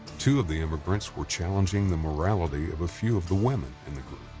two of the emigrants were challenging the morality of a few of the women in the group.